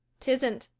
tisn't.